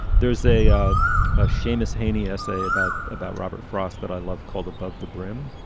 there's a ah ah seamus heaney essay about about robert frost that i love called above the brim,